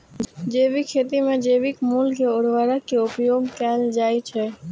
जैविक खेती मे जैविक मूल के उर्वरक के उपयोग कैल जाइ छै